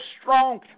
strong